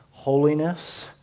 Holiness